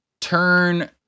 turn